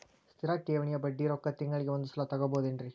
ಸ್ಥಿರ ಠೇವಣಿಯ ಬಡ್ಡಿ ರೊಕ್ಕ ತಿಂಗಳಿಗೆ ಒಂದು ಸಲ ತಗೊಬಹುದೆನ್ರಿ?